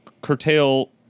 curtail